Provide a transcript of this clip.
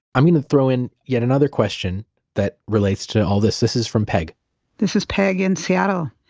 i'm going to throw in yet another question that relates to all this. this is from peg this is peg in seattle.